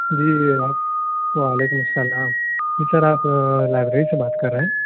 جی جی وعلیکم السلام جی سر آپ لائبریری سے بات کر رہے ہیں